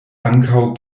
ankaŭ